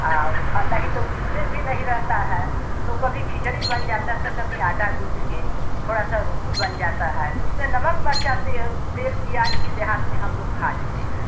और नहीं तो उसमें भी नहीं रहता है तो कभी खिचड़ी बन जाता है तो कभी आटा गूँद कर थोड़ी सी रोटी बन जाती है उसमें नमक मिर्च तेल तेल प्याज़ भी देहात में हम लोग खा लेते हैं